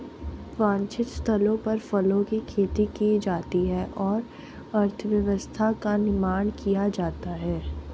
वांछित स्थलों पर फलों की खेती की जाती है और अर्थव्यवस्था का निर्माण किया जाता है